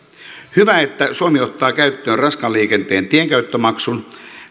hyvä että suomi ottaa käyttöön raskaan liikenteen tienkäyttömaksun